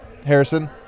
Harrison